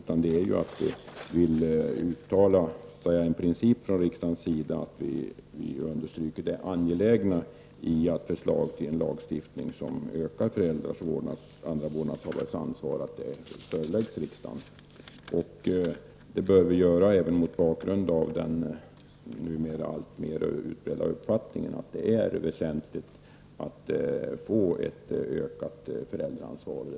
Vi vill att riksdagen skall uttala en princip om att man understryker det angelägna i att ett förslag till en lagstiftning som ökar föräldrars och andra vårdnadshavares ansvar föreläggs riksdagen. Det bör vi göra även mot bakgrund av den numera alltmer utbredda uppfattningen att det är väsentligt att få ett ökat föräldraansvar.